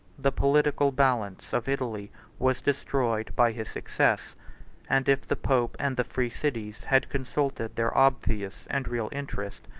the political balance of italy was destroyed by his success and if the pope and the free cities had consulted their obvious and real interest,